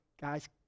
Guys